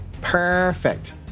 Perfect